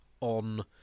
on